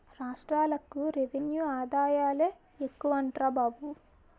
రాష్ట్రాలకి రెవెన్యూ ఆదాయాలే ఎక్కువట్రా బాబు